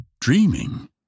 dreaming